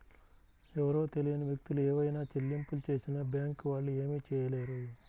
ఎవరో తెలియని వ్యక్తులు ఏవైనా చెల్లింపులు చేసినా బ్యేంకు వాళ్ళు ఏమీ చేయలేరు